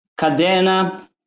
Cadena